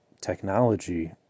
technology